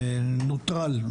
נוטרל,